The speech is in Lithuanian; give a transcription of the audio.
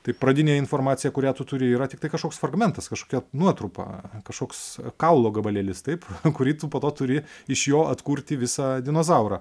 tai pradinė informacija kurią tu turi yra tiktai kažkoks fragmentas kažkokia nuotrupa kažkoks kaulo gabalėlis taip kurį tu po to turi iš jo atkurti visą dinozaurą